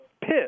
pit